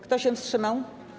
Kto się wstrzymał?